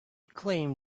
claimed